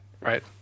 right